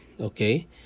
okay